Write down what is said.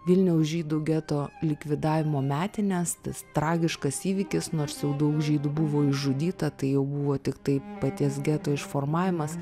vilniaus žydų geto likvidavimo metines tas tragiškas įvykis nors jau daug žydų buvo išžudyta tai jau buvo tiktai paties geto išformavimas